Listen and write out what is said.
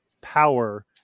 power